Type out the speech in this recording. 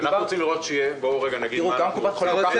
קנאביס רפואי זה לא משהו נחמד,